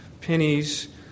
pennies